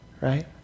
right